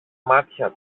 μάτια